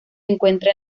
encuentra